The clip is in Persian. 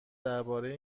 درباره